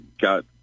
got